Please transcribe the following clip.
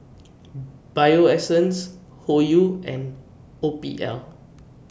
Bio Essence Hoyu and O P L